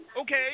Okay